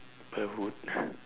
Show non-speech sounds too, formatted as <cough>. kepala otak <laughs>